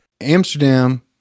Amsterdam